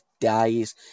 days